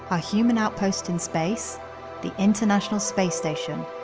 our human outpost in space the international space station.